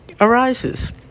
arises